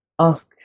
ask